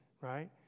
right